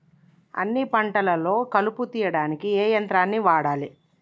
అన్ని పంటలలో కలుపు తీయనీకి ఏ యంత్రాన్ని వాడాలే?